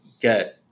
get –